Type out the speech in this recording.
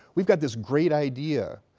we've got this great idea.